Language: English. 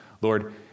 Lord